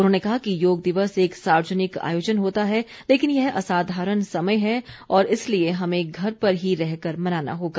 उन्होंने कहा कि योग दिवस एक सार्वजनिक आयोजन होता है लेकिन यह असाधारण समय है और इसलिए हमें घर पर ही रहकर मनाना होगा